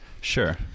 Sure